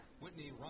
Whitney